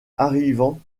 arrivant